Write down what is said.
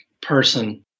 person